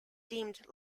deemed